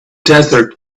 desert